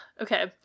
okay